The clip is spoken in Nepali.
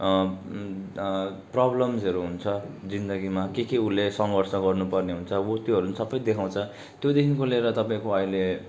प्रब्लम्सहरू हुन्छ जिन्दगीमा के के उसले सङ्घर्ष गर्नुपर्ने हुन्छ उ त्योहरू पनि सबै देखाउँछ त्योदेखिको लिएर तपाईँको अहिले